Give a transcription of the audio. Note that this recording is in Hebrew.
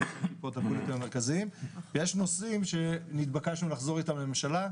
יש נושאים שנתבקשנו לחזור איתם לממשלה,